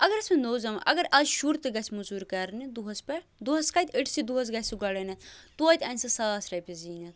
اَگر أسۍ وۅنۍ نوٚو زمانہٕ اَگر اَز شُر تہِ گژھِ موٚزوٗرۍ کَرنہِ دۅہَس پٮ۪ٹھ دۄہس کَتہِ أڑۍسٕے دۄہَس گَژھ سُہ گۄڈٕن۪تھ توتہِ اَنہِ سُہ ساس رۄپیہِ زیٖنِتھ